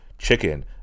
chicken